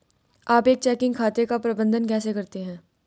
आप एक चेकिंग खाते का प्रबंधन कैसे करते हैं?